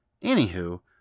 Anywho